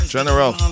General